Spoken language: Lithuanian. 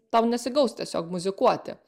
tau nesigaus tiesiog muzikuoti